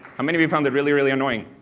how many of you found it really really annoying?